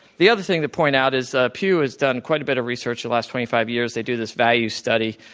the other thing to point out is, ah pew has done quite a bit of research the last twenty five years. they do this value study.